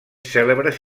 cèlebres